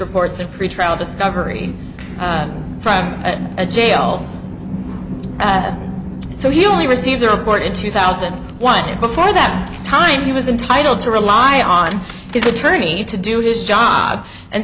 reports and pretrial discovery from a jail so he only received the report in two thousand and one year before that time he was entitled to rely on his attorney to do his job and